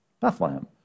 Bethlehem